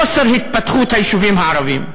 חוסר התפתחות היישובים הערביים,